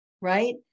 right